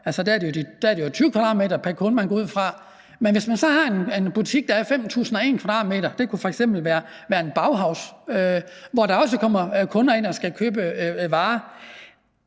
Der er det jo 20 m² pr. kunde, man går ud fra. Men hvis man så har en butik, der er 5.001 m² – det kunne f.eks. være en BAUHAUS, hvor der også kommer kunder ind og skal købe varer